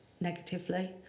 negatively